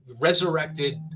resurrected